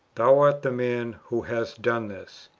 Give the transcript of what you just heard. thou art the man who hast done this.